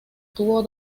tuvo